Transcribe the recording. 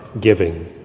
Giving